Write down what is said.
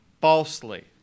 falsely